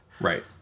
Right